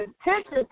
attention